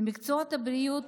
במקצועות הבריאות,